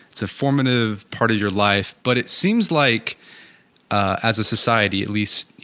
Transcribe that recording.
its affirmative part of your life. but it seems like as a society at least, you